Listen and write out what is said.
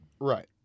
Right